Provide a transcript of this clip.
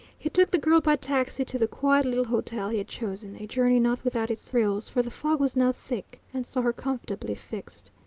he took the girl by taxi to the quiet little hotel he had chosen a journey not without its thrills, for the fog was now thick and saw her comfortably fixed.